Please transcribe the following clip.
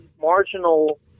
marginal